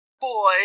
boy